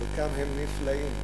חלקם הם נפלאים.